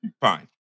fine